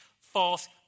false